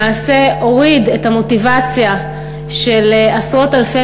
למעשה הוריד את המוטיבציה של עשרות אלפי